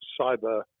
cyber